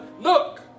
look